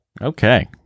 Okay